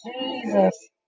Jesus